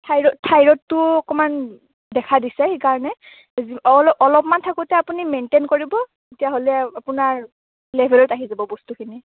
থাইৰ থাইৰয়ডটো অকণমান দেখা দিছে সেইকাৰণে অল অলপমান থাকোতে আপুনি মেইণ্টেইন কৰিব তেতিয়াহ'লে আপোনাৰ লেভেলত আহি যাব বস্তুখিনি